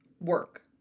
work